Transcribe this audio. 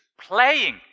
playing